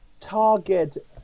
target